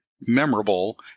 memorable